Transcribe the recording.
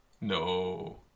No